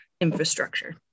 infrastructure